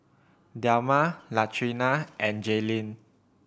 Delma Latrina and Jaelyn